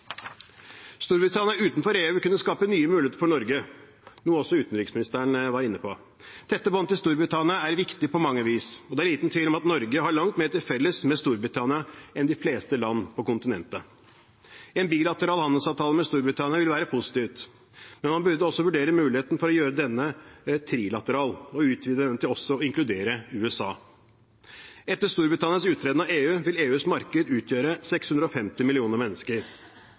Storbritannia utenfor EU vil kunne skape nye muligheter for Norge, noe også utenriksministeren var inne på. Tette bånd til Storbritannia er viktig på mange vis, og det er liten tvil om at Norge har langt mer til felles med Storbritannia enn de fleste land på kontinentet. En bilateral handelsavtale med Storbritannia vil være positivt, men man bør vurdere muligheten for å gjøre den trilateral og utvide den til også å inkludere USA. Etter Storbritannias uttreden av EU vil EUs marked utgjøre 650 millioner mennesker.